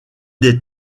des